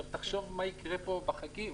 תחשוב מה יקרה פה בחגים,